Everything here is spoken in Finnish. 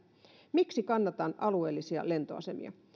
miksi kannatan alueellisia lentoasemia